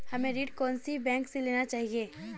हमें ऋण कौन सी बैंक से लेना चाहिए?